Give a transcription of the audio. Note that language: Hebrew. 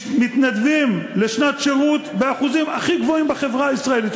מתנדבים לשנת שירות באחוזים הכי גבוהים בחברה הישראלית.